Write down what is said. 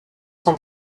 sont